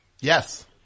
Yes